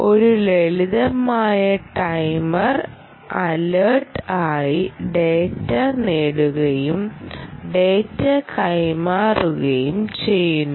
ഒരു ലളിതമായ timer alert ആയി ഡാറ്റ നേടുകയും ഡാറ്റ കൈമാറുകയും ചെയ്യുന്നു